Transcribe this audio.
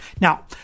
Now